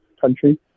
country